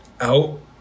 out